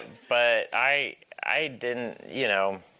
but i i didn't you know,